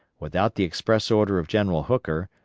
without the express order of general hooker,